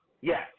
yes